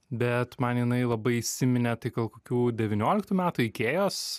bet man jinai labai įsiminė tai gal kokių devynioliktų metų ikėjos